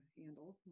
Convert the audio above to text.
handle